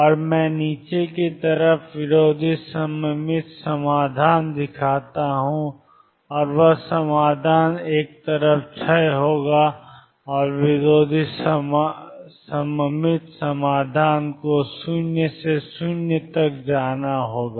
और मैं नीचे की तरफ विरोधी सममित समाधान दिखाता हूं और वह समाधान एक तरफ क्षय होगा और विरोधी सममित समाधान को 0 से 0 तक जाना होगा